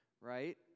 right